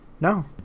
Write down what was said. no